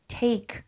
take